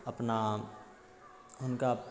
अपना हुनका